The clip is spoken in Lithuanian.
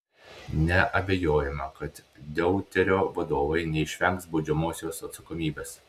neabejojama kad deuterio vadovai neišvengs baudžiamosios atsakomybės